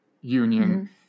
Union